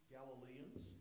Galileans